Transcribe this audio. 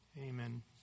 Amen